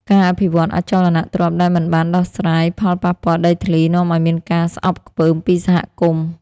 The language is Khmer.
ការអភិវឌ្ឍអចលនទ្រព្យដែលមិនបានដោះស្រាយផលប៉ះពាល់ដីធ្លី នាំឱ្យមានការស្អប់ខ្ពើមពីសហគមន៍។